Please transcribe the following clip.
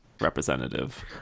representative